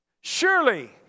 Surely